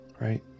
Right